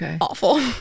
awful